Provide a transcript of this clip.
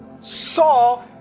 saw